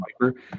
viper